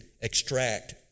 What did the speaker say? extract